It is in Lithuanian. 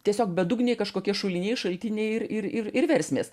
tiesiog bedugniai kažkokie šuliniai šaltiniai ir ir versmės